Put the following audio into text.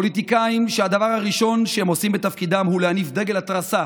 פוליטיקאים שהדבר הראשון שהם עושים בתפקידם הוא להניף דגל התרסה